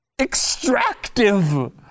extractive